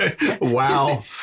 Wow